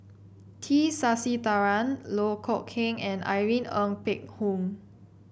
T Sasitharan Loh Kok Heng and Irene Ng Phek Hoong